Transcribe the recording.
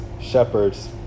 shepherds